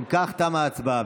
אם כך, תמה הצבעה.